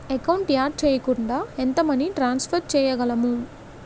Account add చేయకుండా ఎంత money transfer చేయగలము?